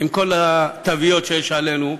עם כל התוויות שיש עלינו,